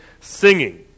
singing